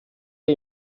wir